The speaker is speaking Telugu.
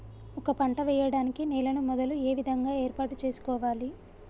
ఒక పంట వెయ్యడానికి నేలను మొదలు ఏ విధంగా ఏర్పాటు చేసుకోవాలి?